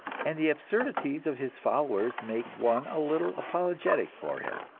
and the absurdities of his followers make one a little apologetic for him.